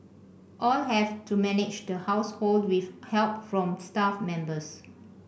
all have to manage the household with help from staff members